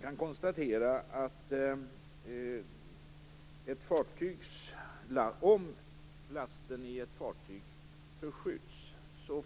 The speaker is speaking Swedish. kan konstatera att om lasten i ett fartyg förskjuts